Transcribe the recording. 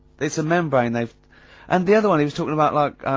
it's a membrane, they've and the other one, he was talkin' about like,